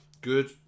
Good